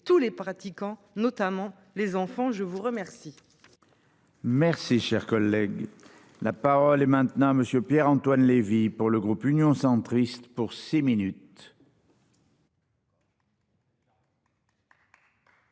tous les pratiquants, notamment les enfants, je vous remercie. Merci, cher collègue, la parole est maintenant Monsieur Pierre-Antoine Levi. Pour le groupe Union centriste pour six minutes.